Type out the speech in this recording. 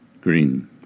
Green